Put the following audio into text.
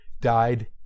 died